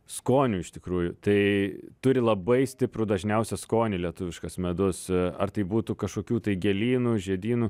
skonių iš tikrųjų tai turi labai stiprų dažniausia skonį lietuviškas medus ar tai būtų kažkokių tai gėlynų žiedynų